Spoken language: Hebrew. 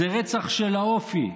זה רצח של האופי,